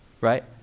Right